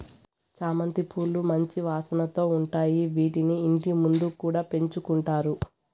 చామంతి పూలు మంచి వాసనతో ఉంటాయి, వీటిని ఇంటి ముందు కూడా పెంచుకుంటారు